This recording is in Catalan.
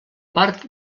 part